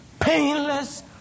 painless